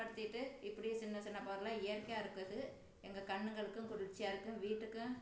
படுத்திகிட்டு இப்படி சின்னச் சின்ன பொருளாக இயற்கையாக இருக்குது எங்கள் கண்ணுங்களுக்கும் குளிர்ச்சியாக இருக்கும் வீட்டுக்கும்